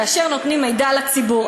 כאשר נותנים מידע לציבור,